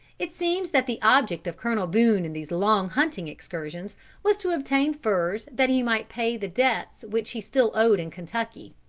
it seems that the object of colonel boone in these long hunting excursions was to obtain furs that he might pay the debts which he still owed in kentucky.